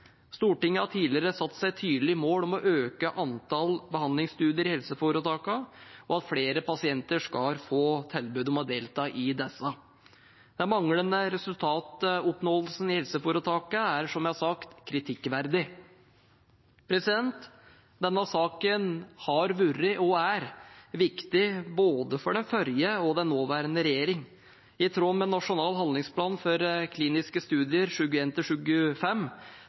Stortinget har tidligere satt seg tydelige mål om å øke antall behandlingsstudier i helseforetakene, og at flere pasienter skal få tilbud om å delta i disse. Den manglende resultatoppnåelsen i helseforetakene er, som jeg har sagt, kritikkverdig. Denne saken har vært og er viktig for både den forrige og den nåværende regjering. I tråd med Nasjonal handlingsplan for kliniske studier